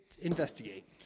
Investigate